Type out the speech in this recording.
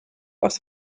aus